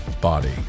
body